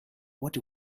what